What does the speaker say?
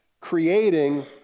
creating